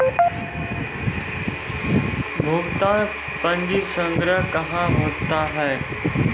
भुगतान पंजी संग्रह कहां होता हैं?